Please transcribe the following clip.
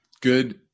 good